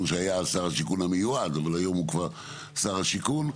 שהיה אז שר השיכון המיועד אבל היום הוא כבר שר השיכון,